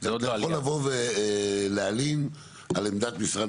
אתה יכול לבוא ולהלין על עמדת משרד